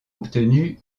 obtenu